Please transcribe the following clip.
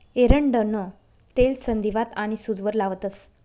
एरंडनं तेल संधीवात आनी सूजवर लावतंस